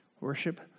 Worship